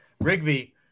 Rigby